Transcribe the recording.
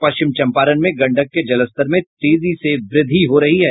पश्चिम चंपारण में गंडक के जलस्तर में तेजी से वृद्धि हो रही है